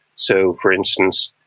so, for instance,